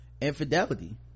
infidelity